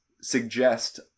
suggest